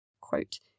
quote